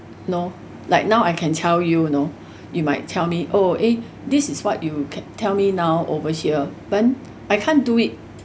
know like now I can tell you you know you might tell me oh eh this is what you can tell me now over here but I can't do it